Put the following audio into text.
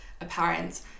apparent